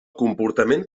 comportament